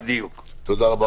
תודה רבה.